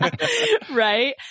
Right